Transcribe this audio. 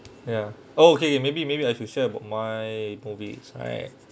ya oh okay okay maybe maybe I should share about my movies right